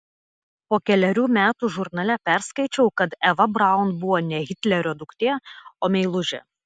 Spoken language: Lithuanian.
po kelerių metų žurnale perskaičiau kad eva braun buvo ne hitlerio duktė o meilužė